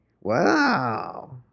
Wow